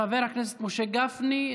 חבר הכנסת משה גפני,